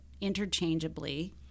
interchangeably